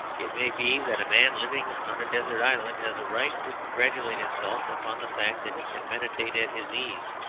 it may be that a man living on a desert island has a right to congratulate himself upon the fact that he can meditate at his ease.